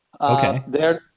Okay